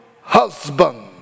husband